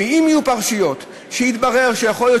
ואם יהיו פרשיות שיתברר שיכול להיות